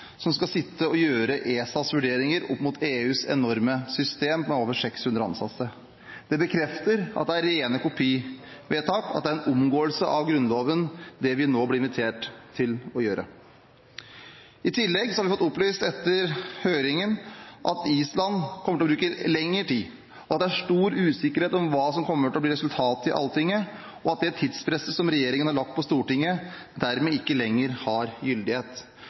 som skal sitte og gjøre ESAs vurderinger opp mot EUs enorme system med over 600 ansatte. Det bekrefter at det er rene kopivedtak, og at det er en omgåelse av Grunnloven, det som vi nå blir invitert til å gjøre. I tillegg har vi fått opplyst etter høringen at Island kommer til å bruke lengre tid, at det er stor usikkerhet om hva som kommer til å bli resultatet i Alltinget, og at det tidspresset som regjeringen har lagt på Stortinget, dermed ikke lenger har gyldighet,